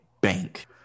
bank